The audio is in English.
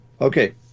Okay